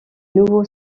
nouveau